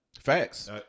Facts